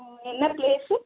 ம் என்ன ப்ளேஸு